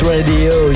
Radio